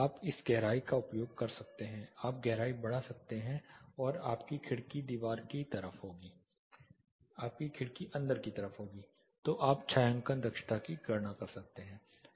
आप इस गहराई का उपयोग कर सकते हैं आप गहराई बढ़ा सकते हैं फिर आपकी खिड़की अंदर की तरफ होगी तो आप छायांकन दक्षता की गणना कर सकते हैं